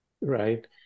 right